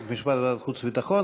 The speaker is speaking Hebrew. חוק ומשפט ולוועדת החוץ והביטחון,